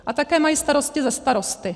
A také mají starosti se starosty.